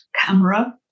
camera